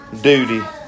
duty